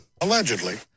Allegedly